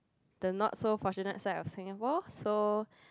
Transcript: the not so fortunate side of Singapore so